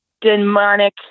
demonic